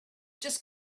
just